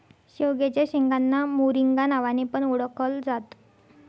शेवग्याच्या शेंगांना मोरिंगा नावाने पण ओळखल जात